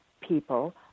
people